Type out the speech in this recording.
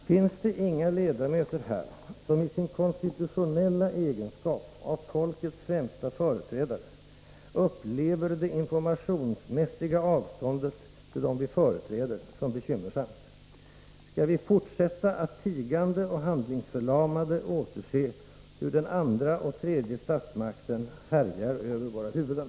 Finns det inga ledamöter här, som i sin konstitutionella egenskap av ”folkets främsta företrädare” upplever det informationsmässiga avståndet till dem vi företräder som bekymmersamt? Skall vi fortsätta att tigande och handlingsförlamade åse hur andra och tredje statsmakterna härjar över våra huvuden?